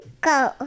Go